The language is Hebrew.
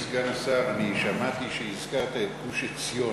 אדוני סגן השר, אני שמעתי שהזכרת את גוש-עציון.